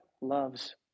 loves